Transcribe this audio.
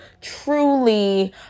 truly